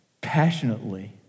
passionately